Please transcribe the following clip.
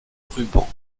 ruban